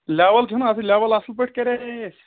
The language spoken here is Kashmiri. لٮ۪وٕل چھَنا اَتھ سۭتۍ لٮ۪وٕل اَصٕل پٲٹھۍ کَرے یے اَسہِ